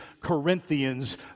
Corinthians